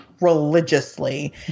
religiously